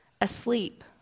asleep